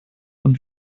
und